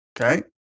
Okay